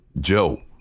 Joe